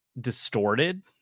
distorted